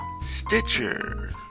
Stitcher